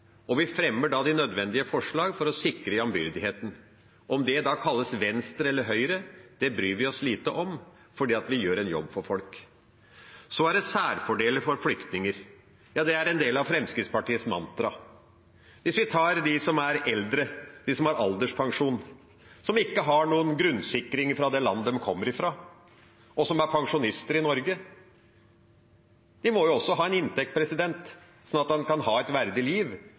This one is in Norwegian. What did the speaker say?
og vi fremmer da de nødvendige forslag for å sikre jambyrdigheten. Om det kalles venstre eller høyre, bryr vi oss lite om, fordi vi gjør en jobb for folk. Så til særfordeler for flyktninger: Ja, det er en del av Fremskrittspartiets mantra. Hvis vi tenker på de eldre, de som har alderspensjon, som ikke har noen grunnsikring fra det landet de kommer fra, og som er pensjonister i Norge, må også de ha en inntekt, sånn at en kan ha et verdig liv